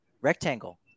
rectangle